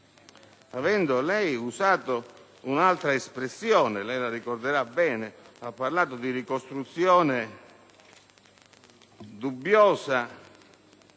avendo utilizzato un'altra espressione, come egli ricorderà bene: ha parlato di ricostruzione dubbiosa